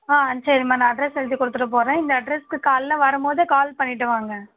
ஆ சரிம்மா நான் அட்ரெஸ் எழுதி கொடுத்துட்டு போகறேன் இந்த அட்ரெஸ்க்கு காலைல வரம்போது கால் பண்ணிவிட்டு வாங்க